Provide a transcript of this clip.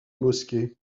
mosquée